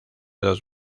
dos